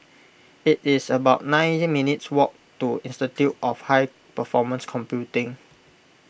it is about nine minutes walk to Institute of High Performance Computing